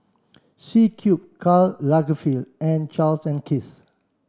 C Cube Karl Lagerfeld and Charles and Keith